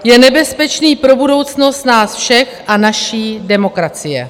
Je nebezpečný pro budoucnost nás všech a naší demokracie.